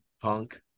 Punk